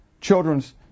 children's